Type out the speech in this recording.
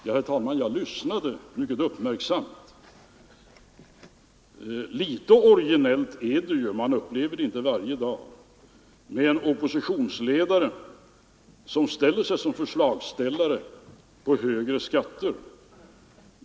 Ja, herr talman, jag lyssnade mycket uppmärksamt. Litet originellt är det — man upplever det inte varje dag —- med en oppositionsledare som ställer upp med förslag till högre skatter.